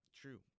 True